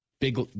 big